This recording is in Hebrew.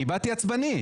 אני באתי עצבני.